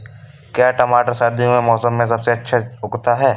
क्या टमाटर सर्दियों के मौसम में सबसे अच्छा उगता है?